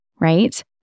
right